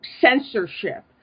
censorship